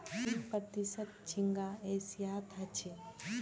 तीस प्रतिशत झींगा एशियात ह छे